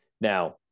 Now